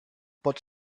pots